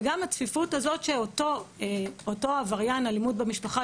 וגם אותו עבריין אלימות במשפחה,